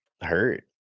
hurt